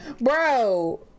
bro